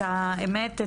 את האמת,